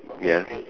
ya